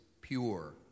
pure